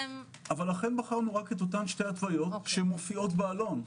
לכן בחרנו רק את אותן שתי התווית שמופיעות בעלון.